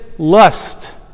lust